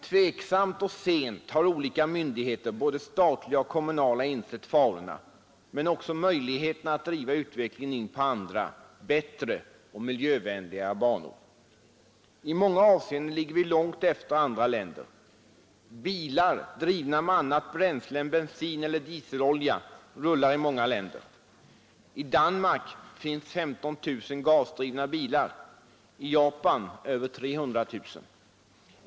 Tveksamt och sent har olika myndigheter, både statliga och kommunala, insett farorna men också möjligheterna att driva utvecklingen in på andra, bättre och miljövänligare banor. I många avseenden ligger vi långt efter andra länder. Bilar drivna med annat bränsle än bensin eller dieselolja rullar i många länder. I Danmark finns 15 000 gasdrivna bilar, i Japan över 300 000.